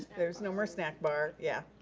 there's no more snack bar, yeah.